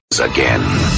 Again